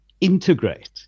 integrate